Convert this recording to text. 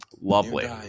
Lovely